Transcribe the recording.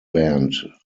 band